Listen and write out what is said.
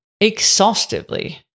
exhaustively